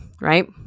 right